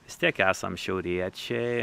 vis tiek esam šiauriečiai